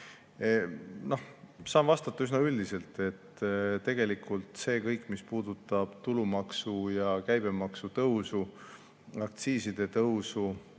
Saan vastata üsna üldiselt. See kõik, mis puudutab tulumaksu ja käibemaksu tõusu, aktsiiside tõusu,